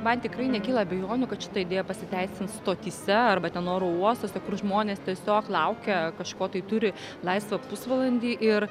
man tikrai nekyla abejonių kad šita idėja pasiteisins stotyse arba ten oro uostuose kur žmonės tiesiog laukia kažko tai turi laisvą pusvalandį ir